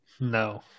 No